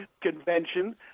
convention